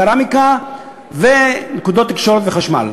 קרמיקה ונקודות תקשורת וחשמל.